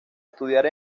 estudiar